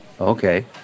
Okay